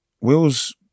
Will's